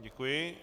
Děkuji.